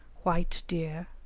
white deer,